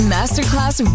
Masterclass